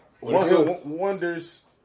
Wonder's